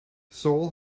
seoul